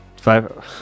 Five